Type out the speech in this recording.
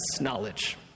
knowledge